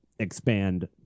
expand